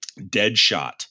Deadshot